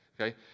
okay